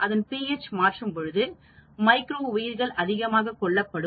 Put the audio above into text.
அதன் pH மாற்றும் பொழுது மைக்ரோ உயிரிகள் அதிகமாக கொள்ளப்படும்